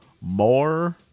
More